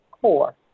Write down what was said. core